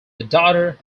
daughter